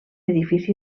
edifici